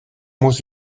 muss